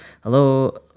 hello